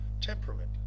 temperament